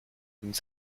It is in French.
nous